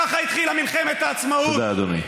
ככה התחילה מלחמת העצמאות, תודה, אדוני.